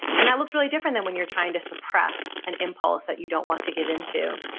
and that looks really different than when you're trying to suppress an impulse that you don't want to give into.